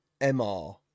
MR